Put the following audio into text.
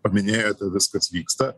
paminėjote viskas vyksta